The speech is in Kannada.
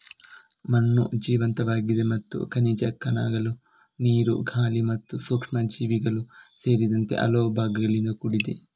ಮಣ್ಣು ಜೀವಂತವಾಗಿದೆ ಮತ್ತು ಖನಿಜ ಕಣಗಳು, ನೀರು, ಗಾಳಿ ಮತ್ತು ಸೂಕ್ಷ್ಮಜೀವಿಗಳು ಸೇರಿದಂತೆ ಹಲವು ಭಾಗಗಳಿಂದ ಕೂಡಿದೆ